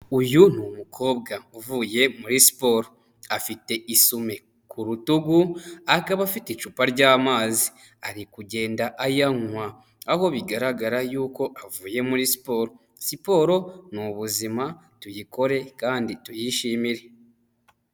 Uyu ni umukobwa uvuye muri siporo, afite isumi ku rutugu, akaba afite icupa ry'amazi, ari kugenda ayanywa, aho bigaragara yuko avuye muri siporo. Siporo ni ubuzima, tuyikore kandi tuyishimire.